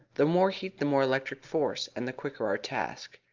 the more heat the more electric force, and the quicker our task.